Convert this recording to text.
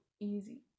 easy